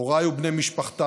הוריי ובני משפחתם,